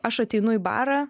aš ateinu į barą